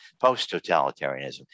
post-totalitarianism